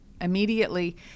immediately